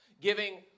giving